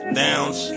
downs